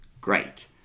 Great